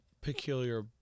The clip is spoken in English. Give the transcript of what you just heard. peculiar